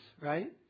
right